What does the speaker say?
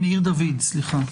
מאיר דוד, סליחה.